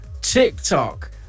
TikTok